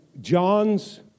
John's